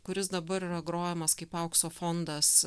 kuris dabar yra grojamas kaip aukso fondas